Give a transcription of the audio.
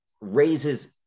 raises